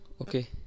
okay